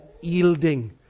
yielding